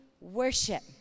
worship